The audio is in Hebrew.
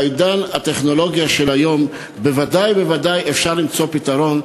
בעידן הטכנולוגי של היום בוודאי אפשר למצוא פתרון.